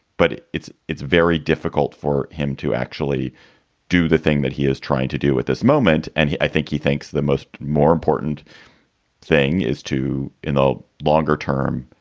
but it's it's very difficult for him to actually do the thing that he is trying to do with this moment. and i think he thinks the most more important thing is to, in the longer term,